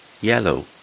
yellow